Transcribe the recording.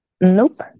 Nope